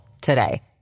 today